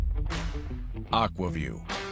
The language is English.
Aquaview